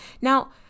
Now